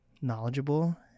knowledgeable